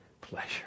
pleasure